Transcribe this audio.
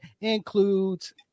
Includes